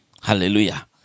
Hallelujah